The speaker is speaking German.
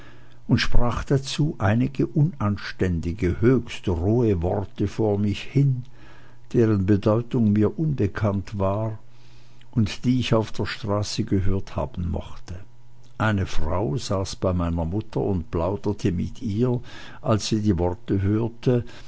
und sprach dazu einige unanständige höchst rohe worte vor mich hin deren bedeutung mir unbekannt war und die ich auf der straße gehört haben mochte eine frau saß bei meiner mutter und plauderte mit ihr als sie die worte hörte